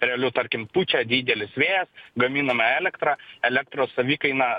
realiu tarkim pučia didelis vėjas gaminama elektra elektros savikaina